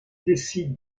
décident